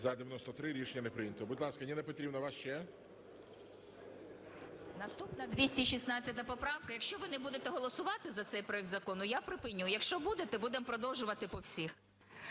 За-93 Рішення не прийнято. Будь ласка, Ніно Петрівно, у вас ще? 14:23:36 ЮЖАНІНА Н.П. Наступна 216 поправка. Якщо ви не будете голосувати за цей проект закону, я припиню. Якщо будете, будемо продовжувати по всіх.